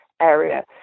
area